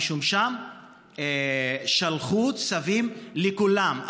משום ששם שלחו צווים לכולם,